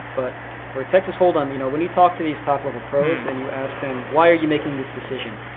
but for texas hold em, you know when you talk to these top-level top-level pros and you ask them, why are you making this decision?